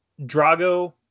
drago